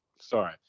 Sorry